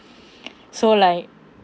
so like